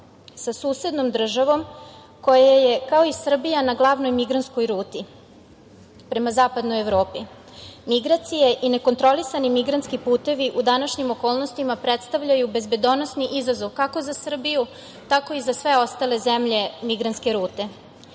sa susednom državom koja je kao i Srbija na glavnoj migrantskoj ruti prema Zapadnoj Evropi. Migracije i nekontrolisani migrantski putevi u današnjim okolnostima predstavljaju bezbedonosni izazov kako za Srbiju, tako i za sve ostale zemlje migrantske rute.